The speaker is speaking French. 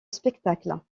spectacle